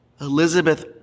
Elizabeth